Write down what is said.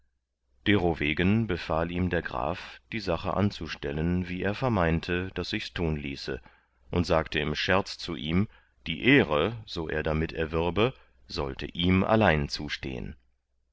derowegen befahl ihm der graf die sache anzustellen wie er vermeinte daß sichs tun ließe und sagte im scherz zu ihm die ehre so er damit erwürbe sollte ihm allein zustehen